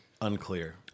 Unclear